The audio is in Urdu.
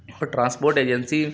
اور ٹرانسپوٹ ایجنسی